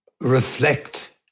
reflect